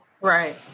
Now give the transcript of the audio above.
Right